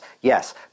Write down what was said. Yes